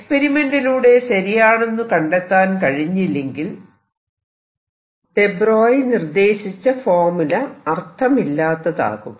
എക്സ്പെരിമെന്റിലൂടെ ശരിയാണെന്നു കണ്ടെത്താൻ കഴിഞ്ഞില്ലെങ്കിൽ ദെ ബ്രോയി നിർദ്ദേശിച്ച ഫോർമുല അര്ഥമില്ലാത്തതാകും